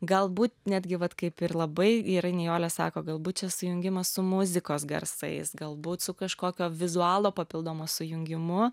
galbūt netgi vat kaip ir labai gerai nijolė sako galbūt čia sujungimas su muzikos garsais galbūt su kažkokio vizualų papildomu sujungimu